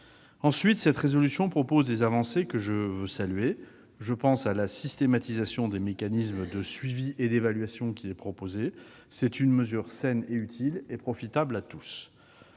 Ensuite, ce texte comporte des avancées que je veux saluer. Je pense à la systématisation des mécanismes de suivi et d'évaluation. C'est une mesure saine, utile et profitable à tous.